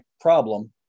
problem